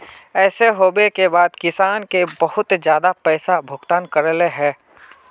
ऐसे होबे के बाद किसान के बहुत ज्यादा पैसा का भुगतान करले है?